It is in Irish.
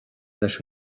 leis